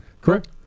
Correct